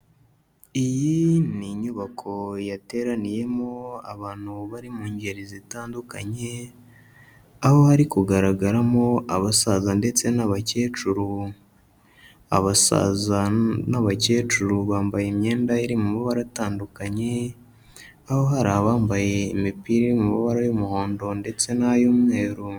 Iyi ni inyubako yateraniyemo abantu bari mu ngeri zitandukanye, aho bari kugaragaramo abasaza ndetse n'abakecuru, abasaza n'abakecuru bambaye imyenda iri mu mabara atandukanye, aho hari abambaye imipira iri mu mabara y'umuhondo ndetse n'ay'umweru.